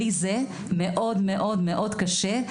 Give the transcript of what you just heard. בלי זה מאוד מאוד מאוד קשה.